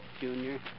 Junior